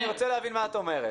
אני רוצה להבין את מה שאת אומרת.